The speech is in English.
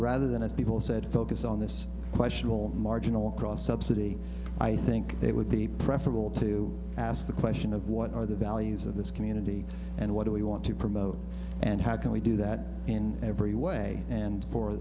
rather than as people said focus on this question will marginal cross subsidy i think it would be preferable to ask the question of what are the values of this community and what do we want to promote and how can we do that in every way and for